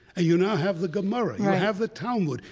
you now have the gemara, you have the talmud.